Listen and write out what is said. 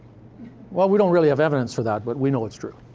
well, we don't really have evidence for that, but we know it's true.